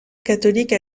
catholiques